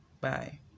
Bye